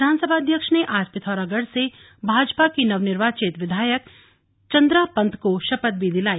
विधानसभा अध्यक्ष ने आज पिथौरागढ़ से भाजपा की नवनिर्वाचित विधायक चंद्रा पन्त को शपथ भी दिलाई